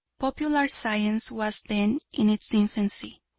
popular science was then in its infancy.